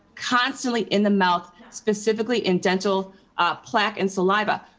constantly in the mouth, specifically in dental plaque and saliva.